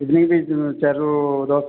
evening ସେହି ଚାର୍ରୁ ଦଶ